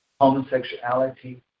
homosexuality